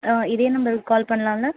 ஆ இதே நம்பருக்கு கால் பண்ணலான்ல